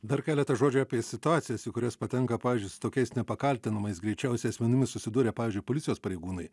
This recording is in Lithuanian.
dar keletą žodžių apie situacijas į kurias patenka pavyzdžiui su tokiais nepakaltinamais greičiausiai asmenimis susidūrę pavyzdžiui policijos pareigūnai